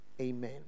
Amen